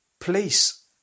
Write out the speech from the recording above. place